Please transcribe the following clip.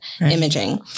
imaging